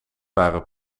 waren